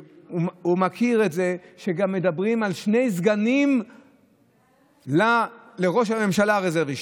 ודאי מכיר את זה שמדברים גם על שני סגנים לראש הממשלה הרזרבי.